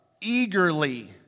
eagerly